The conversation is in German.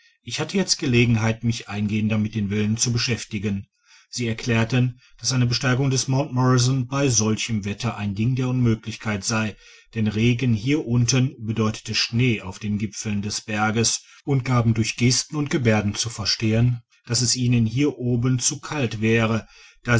ich hatte jetzt gelegenheit mich eingehender mit den wilden zu beschäftigen sie erklärten dass eine besteigung des mt morrison bei solchem wetter ein ding der unmöglichkeit sei denn regen hier unten bedeute schnee auf den gipfeln des berges und gaben durch gesten und gebärden zu verstehen dass es ihnen hier oben zu kalt wäre